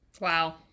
Wow